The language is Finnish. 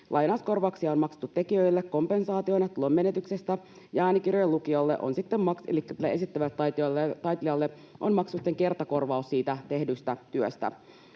Lainauskorvauksia on maksettu tekijöille kompensaationa tulonmenetyksestä, ja äänikirjojen lukijoille, elikkä näille esittäville